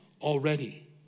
already